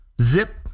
Zip